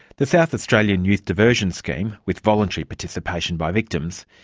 the south australian youth diversion scheme with voluntary participation by victims,